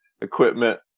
equipment